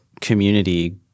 community